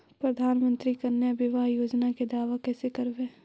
प्रधानमंत्री कन्या बिबाह योजना के दाबा कैसे करबै?